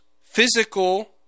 physical